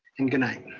and good night.